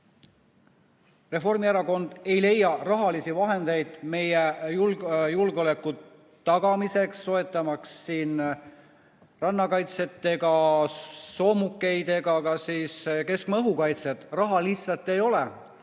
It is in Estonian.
Reformierakond ei leia rahalisi vahendeid meie julgeoleku tagamiseks, soetamaks rannakaitset, soomukeid ega ka keskmaa õhukaitset, raha lihtsalt ei ole.